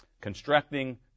constructing